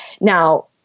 Now